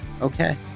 okay